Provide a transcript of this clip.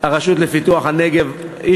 הרשות לפיתוח הנגב.